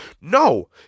no